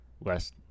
less